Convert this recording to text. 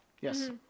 Yes